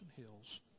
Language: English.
hills